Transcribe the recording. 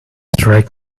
right